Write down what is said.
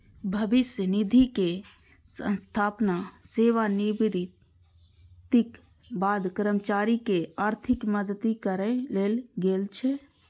भविष्य निधिक स्थापना सेवानिवृत्तिक बाद कर्मचारीक आर्थिक मदति करै लेल गेल छै